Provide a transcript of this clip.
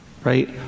Right